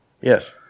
Yes